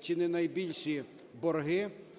чи не найбільші борги,